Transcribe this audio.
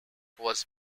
was